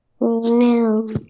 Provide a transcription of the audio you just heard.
No